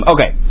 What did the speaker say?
Okay